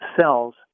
cells